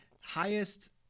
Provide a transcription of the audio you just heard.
highest